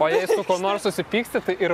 o jei su kuo nors supyksti ir